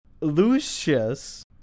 Lucius